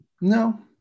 No